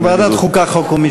ועדת החוקה, חוק ומשפט.